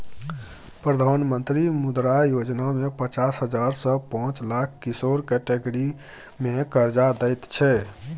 प्रधानमंत्री मुद्रा योजना मे पचास हजार सँ पाँच लाख किशोर कैटेगरी मे करजा दैत छै